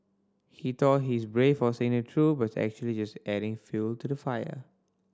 he thought he's brave for saying truth but actually just adding fuel to the fire